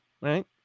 right